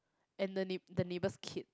and the neigh~ the neighbour's kid